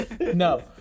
No